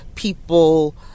people